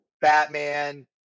Batman